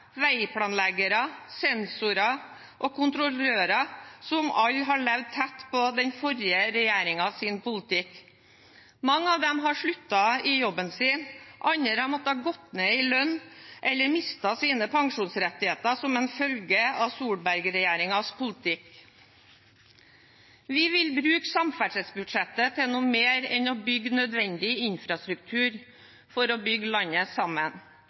veiplanleggere, sensorer og kontrollører som alle har levd tett på den forrige regjeringens politikk. Mange av dem har sluttet i jobben sin, andre har måttet gå ned i lønn eller mistet sine pensjonsrettigheter som en følge av Solberg-regjeringens politikk. Vi vil bruke samferdselsbudsjettet til noe mer enn å bygge nødvendig infrastruktur for å bygge landet sammen.